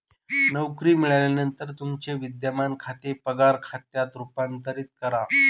नोकरी मिळाल्यानंतर तुमचे विद्यमान खाते पगार खात्यात रूपांतरित करा